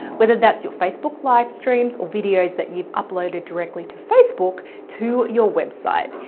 whether that's your facebook live streams or videos that you've uploaded directly to facebook, to your website.